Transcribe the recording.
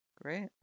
Great